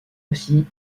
aussi